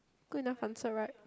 good enough answer right